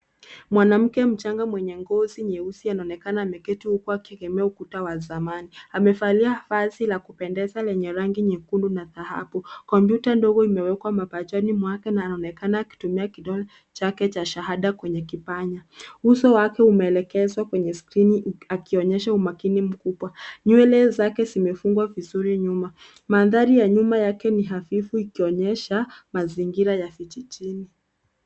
Mwanamke mchanga mwenye ngozi nyeusi anaonekana ameketi huku akiegemea ukuta wa zamani. Amevalia vazi la kupendeza lenye rangi nyekundu na dhahabu. Kompyuta ndogo imewekwa mapajani mwake na anaonekana akitumia kidole chake cha shahada kwenye kipanya. Uso wake umeelekezwa kwenye skrini akionyesha umakini mkubwa. Nywele zake zimefungwa vizuri nyuma. Mandhari ya nyuma yake ni hafifu ikionyesha mazingira ya vijijini.